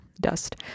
dust